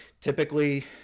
typically